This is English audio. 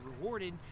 rewarded